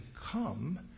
come